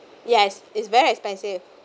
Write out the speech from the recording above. yes it's very expensive